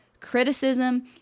criticism